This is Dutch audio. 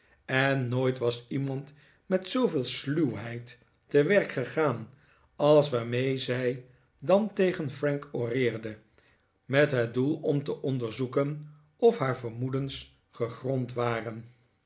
en nooit was iemand met zooveel sluwheid te werk gegaan als waarmee zij dan tegen frank opereerde met het doel om te onderzoeken of haar vermoedens gegrond waren